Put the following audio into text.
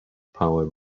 power